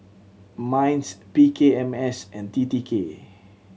MINDS P K M S and T T K